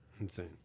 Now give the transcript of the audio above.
Insane